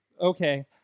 Okay